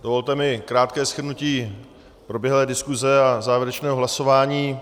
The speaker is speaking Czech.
Dovolte mi krátké shrnutí proběhlé diskuse a závěrečného hlasování.